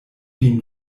vin